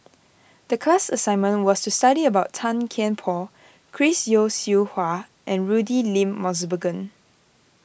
the class assignment was to study about Tan Kian Por Chris Yeo Siew Hua and Rudy William Mosbergen